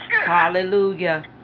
hallelujah